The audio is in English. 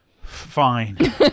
Fine